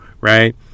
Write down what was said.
right